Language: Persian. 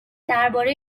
درباره